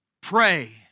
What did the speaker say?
Pray